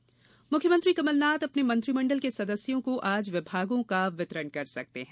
मंत्रि विभाग मुख्यमंत्री कमलनाथ अपने मंत्रिमंडल के सदस्यों को आज विभागों का वितरण कर सकते हैं